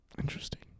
Interesting